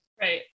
Right